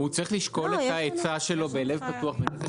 הוא צריך לשקול את העצה בלב פתוח ונפש